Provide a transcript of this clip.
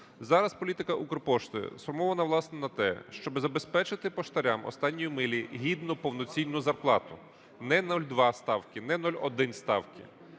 Зараз політика "Укрпошти" сформована, власне, на те, щоб забезпечити поштарям "останньої милі" гідну, повноцінну зарплату. Не 0,2 ставки, не 0,1 ставки,